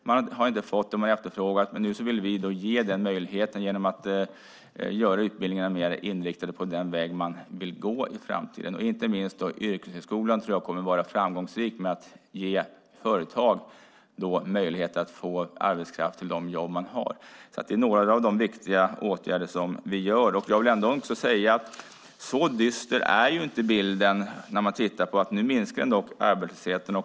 Man har inte fått vad man efterfrågat. Nu vill vi ge dem den möjligheten genom att göra utbildningarna mer inriktade på den väg man i framtiden vill gå. Jag tror att inte minst yrkeshögskolan kommer att vara framgångsrik i att ge företag möjligheter att få arbetskraft till de jobb som företagen har. Det här är några av de viktiga åtgärder som vi vidtar. Så dyster är ändå inte bilden. Nu minskar ju arbetslösheten.